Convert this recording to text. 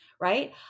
right